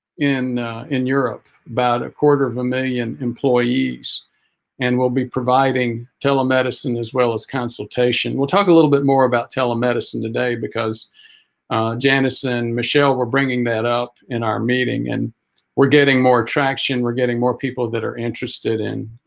in in europe about a quarter of a million employees and we'll be providing telemedicine as well as consultation we'll talk a little bit more about telemedicine today because janice and michelle we're bringing that up in our meeting and we're getting more attraction we're getting more people that are interested in